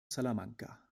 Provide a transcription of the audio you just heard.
salamanca